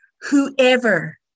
Whoever